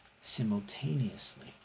simultaneously